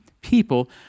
people